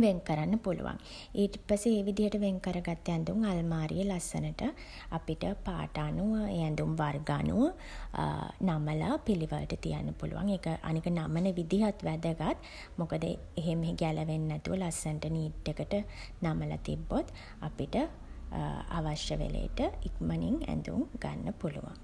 වෙන් කරන්න පුළුවන්. ඊට පස්සේ ඒ විදිහට වෙන් කර්ගත්ත ඇඳුම් අල්මාරියේ ලස්සනට අපිට පාට අනුව, ඒ ඇඳුම් වර්ග අනුව නමලා පිළිවෙලට තියන්න පුළුවන්. ඒක අනික නමන විදිහත් වැදගත්. මොකද එහෙ මෙහෙ ගැලවෙන් නැතුව ලස්සනට නීට් එකට නමලා තිබ්බොත් අපිට අවශ්‍ය වෙලේට ඉක්මනින් ඇඳුම් ගන්න පුළුවන්.